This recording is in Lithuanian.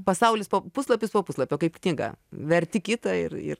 pasaulis po puslapis po puslapio kaip knyga verti kitą ir ir